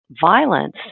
violence